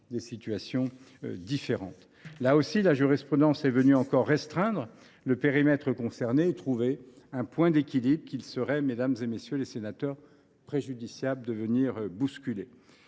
des situations différentes ». Là aussi, la jurisprudence est venue encore restreindre le périmètre concerné et trouver un point d’équilibre qu’il serait préjudiciable de venir bousculer.